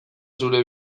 zure